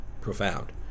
profound